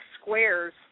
squares